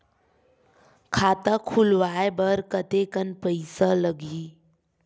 खाता खुलवाय बर कतेकन पईसा लगही?